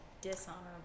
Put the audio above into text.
dishonorable